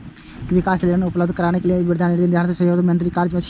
विकास लेल धन उपलब्ध कराना आ मुद्रा नीतिक निर्धारण सेहो वित्त मंत्रीक काज छियै